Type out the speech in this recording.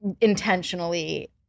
intentionally